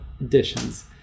editions